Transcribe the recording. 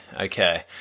okay